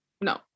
No